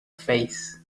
face